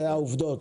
אלה העובדות.